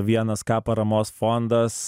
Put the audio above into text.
vienas k paramos fondas